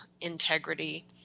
integrity